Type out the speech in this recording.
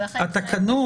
התקנות